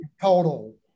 total